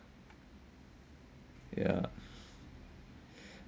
ya